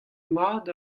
mat